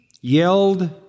yelled